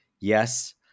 yes